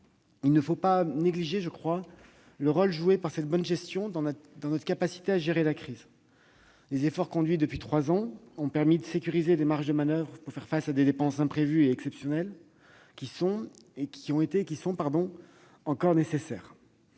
Il ne faut pas négliger le rôle joué par cette bonne gestion dans notre capacité à gérer la crise. Les efforts conduits depuis trois ans ont permis de sécuriser nos marges de manoeuvre pour faire face à des dépenses imprévues et exceptionnelles qui ont été et qui sont encore nécessaires.